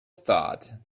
thought